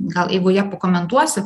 gal eigoje pakomentuosiu